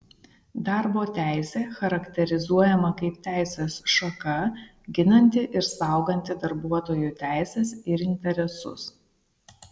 darbo teisė charakterizuojama kaip teisės šaka ginanti ir sauganti darbuotojų teises ir interesus